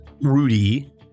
Rudy